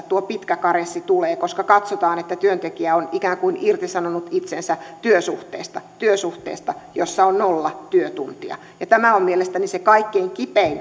tuo pitkä karenssi tulee koska katsotaan että työntekijä on ikään kuin irtisanonut itsensä työsuhteesta työsuhteesta jossa on nolla työtuntia ja tämä on mielestäni se kaikkein kipein